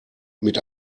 mit